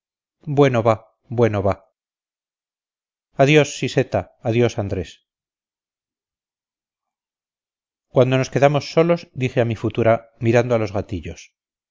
bueno va bueno va adiós siseta adiós andrés cuando nos quedamos solos dije a mi futura mirando a los gatillos